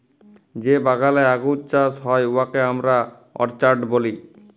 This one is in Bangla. যে বাগালে আঙ্গুর চাষ হ্যয় উয়াকে আমরা অরচার্ড ব্যলি